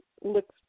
looks